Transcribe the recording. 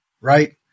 right